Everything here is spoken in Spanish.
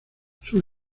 sus